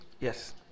Yes